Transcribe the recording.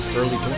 early